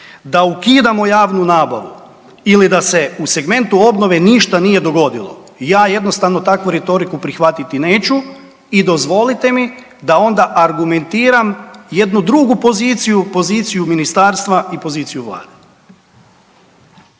da ukidamo javnu nabavu ili da se u segmentu obnove ništa nije dogodilo, ja jednostavno takvu retoriku prihvatiti neću i dozvolite mi da onda argumentiram jednu drugu poziciju, poziciju Ministarstva i poziciju Vlade.